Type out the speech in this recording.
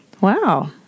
Wow